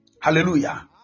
Hallelujah